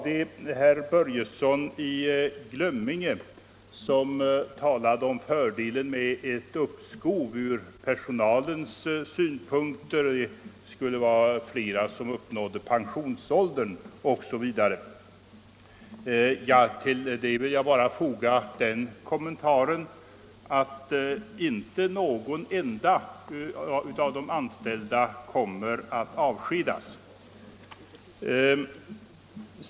Herr Börjesson i Glömminge talade om fördelen med ett uppskov från personalens synpunkter — flera skulle uppnå pensionsåldern osv. Till det vill jag bara foga den kommentaren att inte någon enda av de anställda kommer att avskedas.